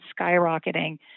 skyrocketing